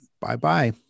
Bye-bye